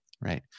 right